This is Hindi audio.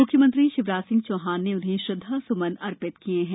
मुख्यमंत्री शिवराज सिंह चौहान ने उन्हें श्रद्धा स्मन अर्पित किये हैं